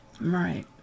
Right